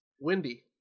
windy